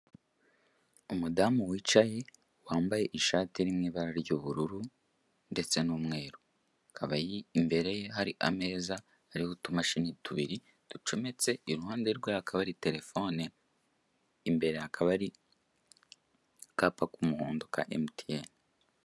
Umudamu wicaye wambaye ishati iri mu ibara ry'ubururu ndetse n'umweru, imbere hari ameza hariho utumashini tubiri ducometse iruhande rwe hakaba hari terefone imbere hakaba hari akapa k'umuhondo ka emutiyeni.